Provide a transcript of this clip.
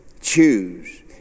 choose